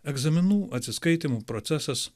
egzaminų atsiskaitymų procesas